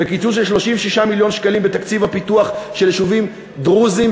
בקיצוץ של 36 מיליון שקלים בתקציב הפיתוח של יישובים דרוזיים,